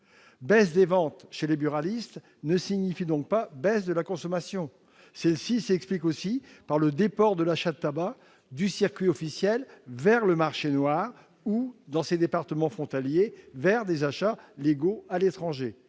Baisse des ventes chez les buralistes ne signifie donc pas baisse de la consommation. Celle-ci s'explique aussi par le déport de l'achat de tabac du circuit officiel vers le marché noir ou, dans les départements frontaliers, vers des achats légaux à l'étranger.